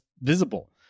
visible